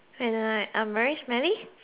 very smelly